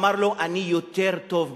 אמר לו: אני יותר טוב ממנו,